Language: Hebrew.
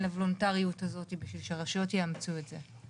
לוולונטריות הזאת כדי שהרשויות יאמצו את זה.